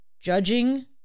judging